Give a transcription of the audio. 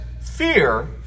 fear